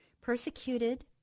persecuted